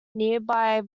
nearby